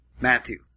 Matthew